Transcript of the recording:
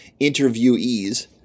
interviewees